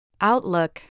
Outlook